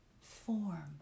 form